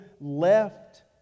left